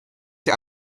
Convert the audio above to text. sie